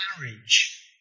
marriage